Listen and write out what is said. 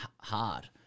Hard